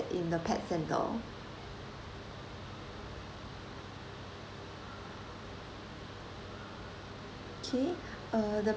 in the pet centre okay uh the